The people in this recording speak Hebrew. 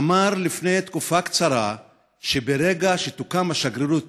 אמר לפני תקופה קצרה שברגע שתוקם השגרירות,